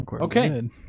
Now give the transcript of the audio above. Okay